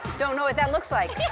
don't know what that looks like.